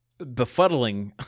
befuddling